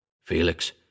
Felix